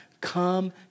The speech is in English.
come